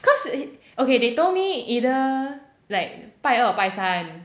cause they okay they told me either like 拜二 or 拜三